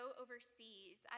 overseas